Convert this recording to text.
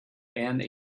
and